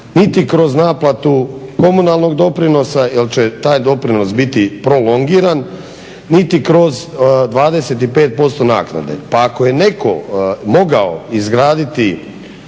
niti kroz naplatu komunalnog doprinosa jer će taj doprinos biti prolongiran niti kroz 25% naknade. Pa ako je netko mogao izgraditi